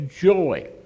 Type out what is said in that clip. joy